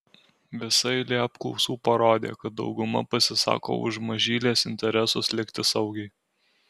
visa eilė apklausų parodė kad dauguma pasisako už mažylės interesus likti saugiai